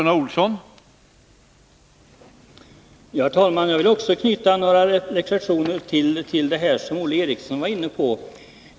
Herr talman! Jag vill också knyta några reflexioner till det som Olle Eriksson var inne på.